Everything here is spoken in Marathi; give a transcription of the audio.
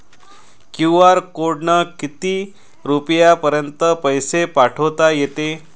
क्यू.आर कोडनं किती रुपयापर्यंत पैसे पाठोता येते?